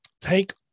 take